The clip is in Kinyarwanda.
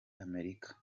amerika